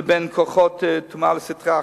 כוחות הטומאה של הסטרא אחרא.